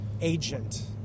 agent